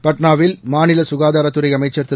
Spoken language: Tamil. பாட்னாவில்மாநிலசுகாதாரத்துறைஅமைச்சர்திரு